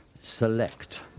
select